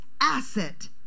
asset